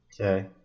Okay